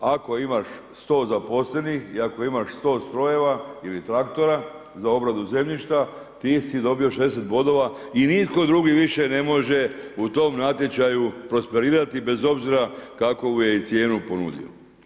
Ako imaš 100 zaposlenih i ako imaš 100 strojeva ili traktora za obradu zemljišta, ti si dobio 60 bodova i nitko drugi više ne može u tom natječaju prosperirati bez obzira kakovu je i cijenu ponudio.